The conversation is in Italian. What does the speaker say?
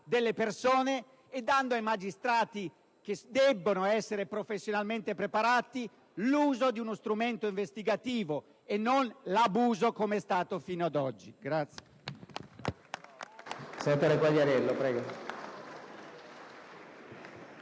delle persone e dando ai magistrati, che hanno l'obbligo di essere professionalmente preparati, l'uso di uno strumento investigativo e non l'abuso, com'è stato fino ad oggi.